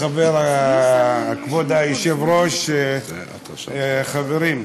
כבוד היושב-ראש, חברים,